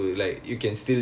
mm mm mm